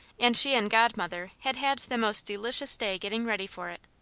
and she and godmother had had the most delicious day getting ready for it.